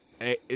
Hey